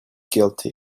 guilty